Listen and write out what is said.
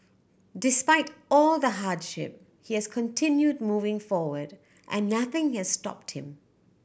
despite all the hardship he has continued moving forward and nothing has stopped him